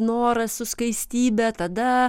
noras su skaistybe tada